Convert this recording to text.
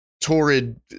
torrid